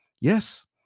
Yes